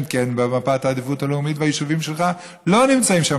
כן במפת העדיפות הלאומית והיישובים שלך לא נמצאים שם.